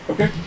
Okay